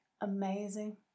amazing